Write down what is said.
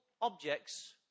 objects